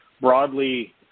broadly